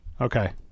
Okay